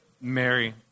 Mary